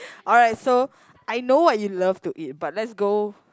alright so I know what you love to eat but let's go